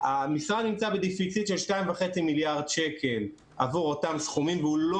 המשרד נמצא בגירעון של 2.5 מיליארד שקל עבור אותם סכומים והוא לא